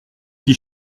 qui